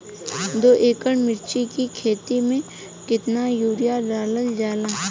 दो एकड़ मिर्च की खेती में कितना यूरिया डालल जाला?